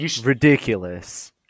ridiculous